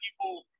people